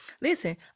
Listen